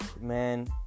Man